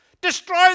Destroy